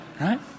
right